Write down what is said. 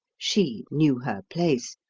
she knew her place,